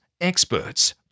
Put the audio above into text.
experts